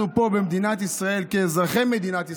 אנחנו פה, במדינת ישראל, כאזרחי מדינת ישראל,